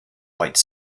white